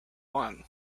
want